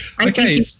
okay